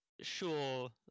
Sure